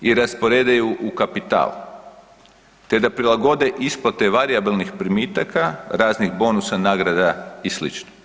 I rasporede u kapital, te da prilagode isplate varijabilnih primitaka, raznih bonusa, nagrada i slično.